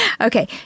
Okay